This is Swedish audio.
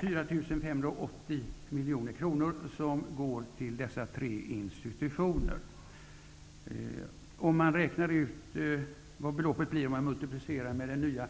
4 580 miljoner kronor skall således gå till dessa tre institutioner. Om man multiplicerar antalet TV-innehavare med den nya